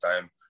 time